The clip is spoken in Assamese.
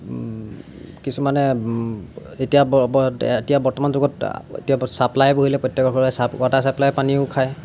কিছুমানে এতিয়া বৰ্তমান যুগত এতিয়া ছাপ্লাই বহিলে প্ৰত্যেকৰে ঘৰে ৱাটাৰ ছাপ্লাই পানীও খায়